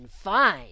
fine